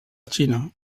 xina